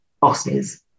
bosses